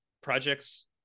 projects